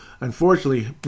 unfortunately